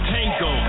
Tango